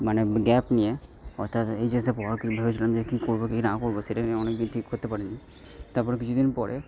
মানে গ্যাপ নিয়ে অর্থাৎ এইচএসের পর নিয়ে কি করব কি না করব সেটা নিয়ে অনেকদিন ঠিক করতে পারিনি তারপরে কিছু দিন পরে